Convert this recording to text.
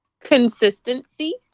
Consistency